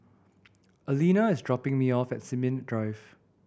Alena is dropping me off at Sin Ming Drive